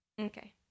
Okay